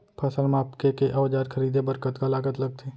फसल मापके के औज़ार खरीदे बर कतका लागत लगथे?